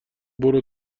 برو